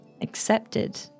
accepted